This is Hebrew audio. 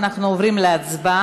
אנחנו עוברים להצבעה,